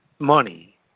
Money